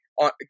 on